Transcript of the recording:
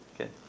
Okay